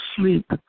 sleep